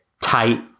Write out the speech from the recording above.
tight